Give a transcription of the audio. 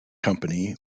company